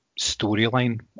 storyline